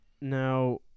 now